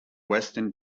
western